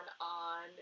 on